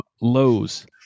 Lows